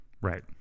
right